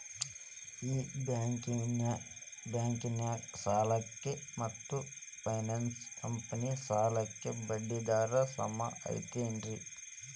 ಈ ಬ್ಯಾಂಕಿನ ಸಾಲಕ್ಕ ಮತ್ತ ಫೈನಾನ್ಸ್ ಕಂಪನಿ ಸಾಲಕ್ಕ ಬಡ್ಡಿ ದರ ಸೇಮ್ ಐತೇನ್ರೇ?